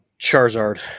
Charizard